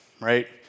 right